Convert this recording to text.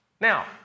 Now